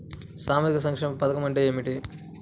సామాజిక సంక్షేమ పథకం అంటే ఏమిటి?